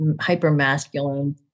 hyper-masculine